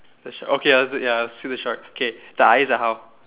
the sh~ okay ya I see the shark K the eyes are how